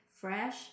fresh